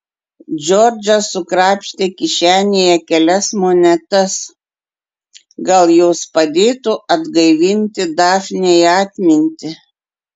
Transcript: džordžas sukrapštė kišenėje kelias monetas gal jos padėtų atgaivinti dafnei atmintį